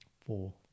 Four